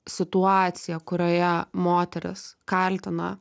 situacija kurioje moteris kaltina